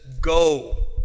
go